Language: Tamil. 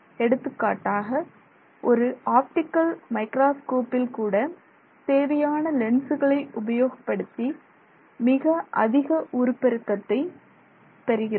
எடுத்துக்காட்டாக ஒரு ஆப்டிகல் மைக்ரோஸ்கோப்பில் கூட தேவையான லென்சுகளை உபயோகப்படுத்தி மிக அதிக உருப்பெருக்கத்தை பெறுகிறோம்